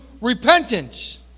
repentance